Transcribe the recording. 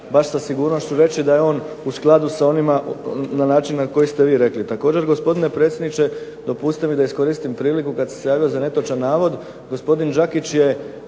baš sa sigurnošću reći da je on u skladu sa onima na način na koji ste vi rekli. Također gospodine predsjedniče, dopustite mi da iskoristim priliku kada sam se javio za netočan navod,